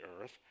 earth